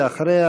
ואחריה,